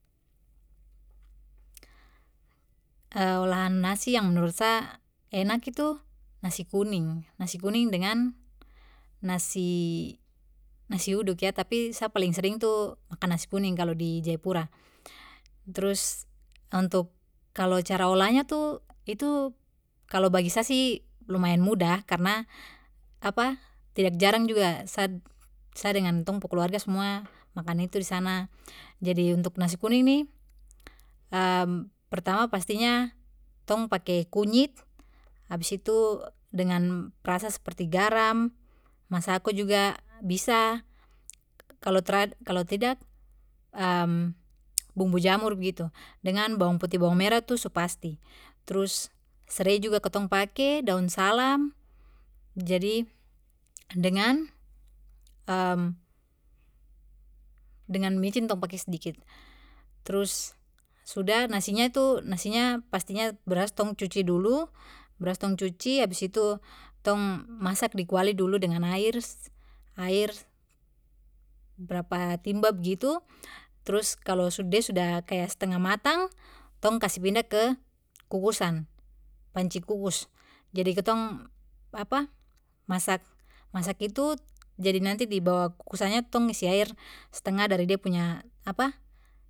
olahan nasi yang menurut sa enak itu nasi kuning nasi kuning dengan nasi nasi uduk yah tapi sa paling sering tuh makan nasi kuning kalo di jayapura trus untuk kalo cara olahnya tuh itu kalo bagi sa sih lumayan muda karna apa tidak jarang juga sa sa dengan tong pu keluarga semua makan itu disana jadi untuk nasi kuning nih pertama pastinya tong pake kunyit habis itu dengan rasa seperti garam masako juga bisa kalo tra kalo tidak bumbu jamur begitu dengan bawang putih bawang merah tuh su pasti trus serei juga kitong pake daun salam jadi dengan dengan micin tong pake sedikit trus sudah nasinya itu nasinya pastinya beras tong cuci dulu beras tong cuci habis itu tong masak dikuali dulu dengan air air berapa timba begitu trus kalo su de su kaya stengah matang tong kasih pindah ke kukusan panci kukus jadi kitong apa masak masak itu jadi nanti dibawah kukusannya tong isi air stengah dari de punya apa